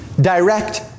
direct